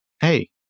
Hey